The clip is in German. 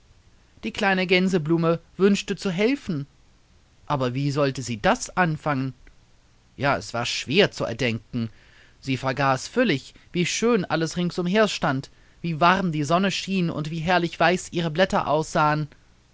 die kleine gänseblume wünschte zu helfen aber wie sollte sie das anfangen ja es war schwer zu erdenken sie vergaß völlig wie schön alles ringsumher stand wie warm die sonne schien und wie herrlich weiß ihre blätter aussahen